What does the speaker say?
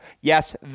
yes